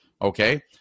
Okay